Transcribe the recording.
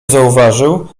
zauważył